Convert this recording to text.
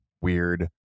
weird